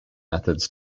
methods